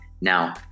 Now